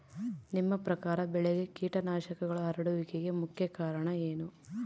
ನಿಮ್ಮ ಪ್ರಕಾರ ಬೆಳೆಗೆ ಕೇಟನಾಶಕಗಳು ಹರಡುವಿಕೆಗೆ ಮುಖ್ಯ ಕಾರಣ ಏನು?